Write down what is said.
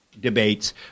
debates